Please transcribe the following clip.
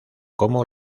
como